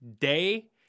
Day